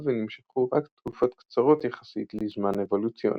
ונמשכו רק תקופות קצרות יחסית לזמן אבולוציוני.